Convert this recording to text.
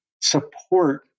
support